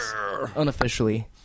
unofficially